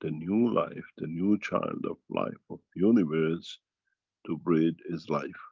the new life, the new child of life of the universe to breathe his life